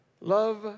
Love